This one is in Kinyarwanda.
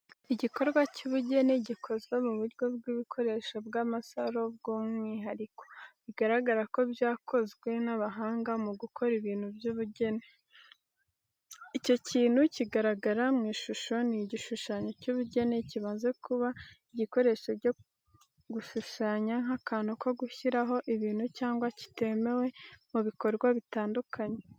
Igikorwa cy'ubugeni gikozwe mu buryo bw'ibikoresho bw'amasaro by’umwihariko, bigaragara ko byakozwe n’abahanga mu gukora ibintu by’ubugeni. Icyo kintu kigaragara mu ishusho ni igishushanyo cy’ubugeni kimaze kuba igikoresho cyo gushushanya nk’akantu ko gushyiraho ibintu cyangwa kitemewe mu bikorwa bitandukanye.